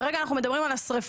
כרגע אנחנו מדברים על השריפות.